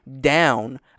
down